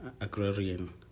agrarian